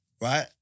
right